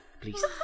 Please